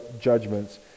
judgments